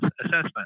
assessment